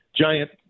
giant